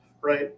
right